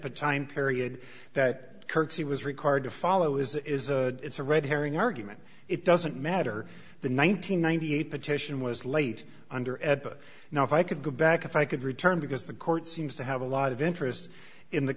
the time period that courtesy was required to follow is is a it's a red herring argument it doesn't matter the nine hundred ninety eight petition was late under ed but now if i could go back if i could return because the court seems to have a lot of interest in the